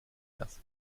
das